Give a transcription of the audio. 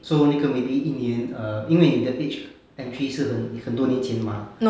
so 那个 maybe 一年 err 因为 age entry 是很多年前的吗